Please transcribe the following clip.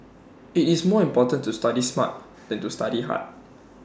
IT is more important to study smart than to study hard